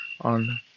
on